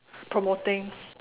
promoting